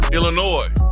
Illinois